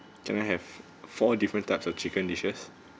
can I have four different types of chicken dishes